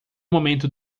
momento